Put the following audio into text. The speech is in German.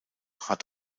hat